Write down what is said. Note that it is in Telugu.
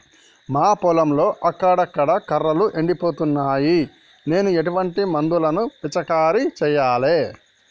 మా పొలంలో అక్కడక్కడ కర్రలు ఎండిపోతున్నాయి నేను ఎటువంటి మందులను పిచికారీ చెయ్యాలే?